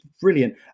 brilliant